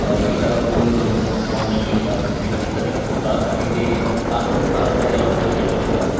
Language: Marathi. एकमेकाला फोन करून ऑनलाईन येतात एकमेकाशी कनेक्ट होतात आणि ते तासनतास त्याच्यावरती खेळत असतात